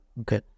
Okay